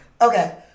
okay